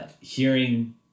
hearing